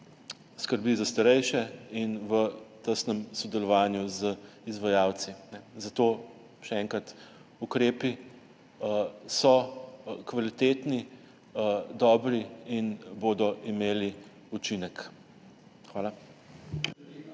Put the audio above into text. skrbi za starejše in v tesnem sodelovanju z izvajalci. Zato še enkrat, ukrepi so kvalitetni, dobri in bodo imeli učinek. Hvala.